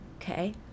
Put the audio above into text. okay